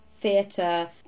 theatre